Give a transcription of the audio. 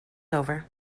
over